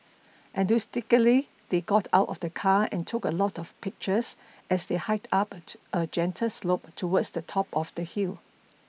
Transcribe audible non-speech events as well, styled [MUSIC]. enthusiastically they got out of the car and took a lot of pictures as they hiked up [UNINTELLIGIBLE] a gentle slope towards the top of the hill